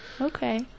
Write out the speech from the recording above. Okay